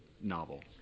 novel